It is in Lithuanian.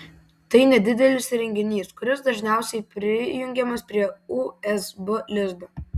tai nedidelis įrenginys kuris dažniausiai prijungiamas prie usb lizdo